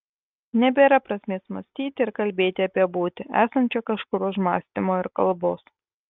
nebėra prasmės mąstyti ir kalbėti apie būtį esančią kažkur už mąstymo ir kalbos